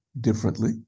differently